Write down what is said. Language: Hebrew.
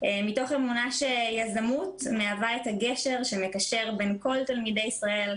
מתוך אמונה שיזמות מהווה את הגשר שמקשר בין כל תלמידי ישראל,